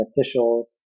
officials